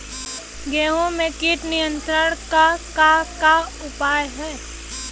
गेहूँ में कीट नियंत्रण क का का उपाय ह?